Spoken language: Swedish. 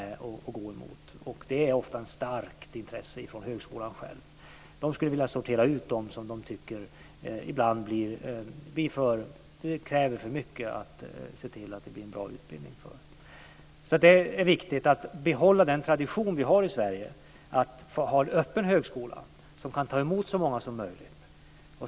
Det är ofta ett starkt intresse från högskolan själv att sortera ut dem som man ibland tycker att det krävs för stora insatser att anordna en bra utbildning för. Det är viktigt att behålla den tradition som vi har i Sverige av en öppen högskola, som kan ta emot så många som möjligt.